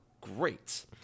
great